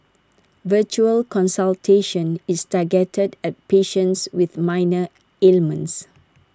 virtual consultation is targeted at patients with minor ailments